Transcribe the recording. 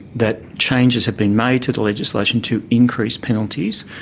that changes have been made to the legislation to increase penalties,